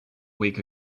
week